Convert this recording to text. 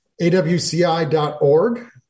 awci.org